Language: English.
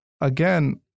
again